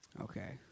Okay